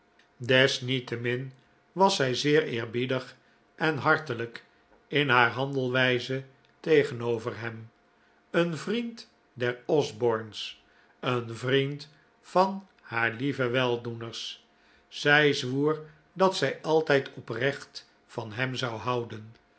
desniettemin was zij zeer eerbiedig en hartelijk in haar handelwijze tegenover hem een vriend der osbornes een vriend van haar lieve weldoeners zij zwoer dat zij altijd oprecht van hem zou houden